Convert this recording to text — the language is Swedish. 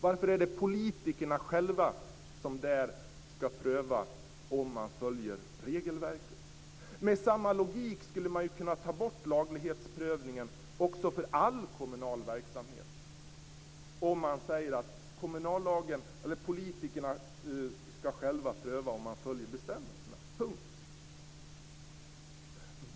Varför är det politikerna själva som där skall pröva om man följer regelverket? Med samma logik skulle man ju kunna ta bort laglighetsprövningen också för all kommunal verksamhet om man säger att politikerna själva skall pröva om bestämmelserna följs. Punkt.